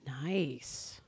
Nice